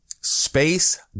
space